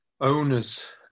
owners